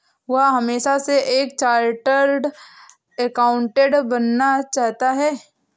वह हमेशा से एक चार्टर्ड एकाउंटेंट बनना चाहता था